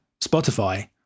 Spotify